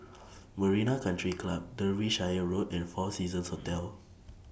Marina Country Club Derbyshire Road and four Seasons Hotel